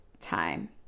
time